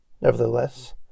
Nevertheless